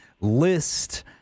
list